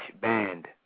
Band